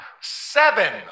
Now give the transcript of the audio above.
seven